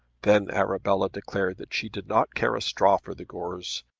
then arabella declared that she did not care a straw for the gores.